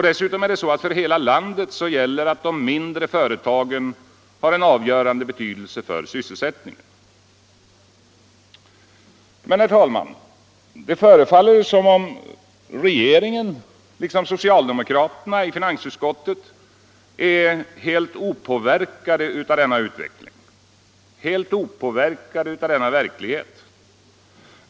Dessutom gäller för hela landet att de mindre företagen har en avgörande betydelse för sysselsättningen. Men, herr talman, det förefaller som om regeringen liksom socialdemokraterna i finansutskottet är opåverkade av denna utveckling, av denna verklighet.